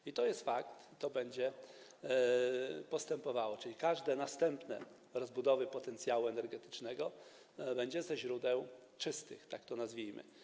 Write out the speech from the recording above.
I to jest fakt, i to będzie postępowało, czyli każda następna rozbudowa potencjału energetycznego będzie dotyczyła źródeł czystych, tak to nazwijmy.